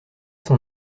son